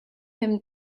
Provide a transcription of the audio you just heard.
him